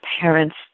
parents